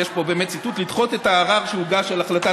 יש פה באמת ציטוט: לדחות את הערר שהוגש על החלטת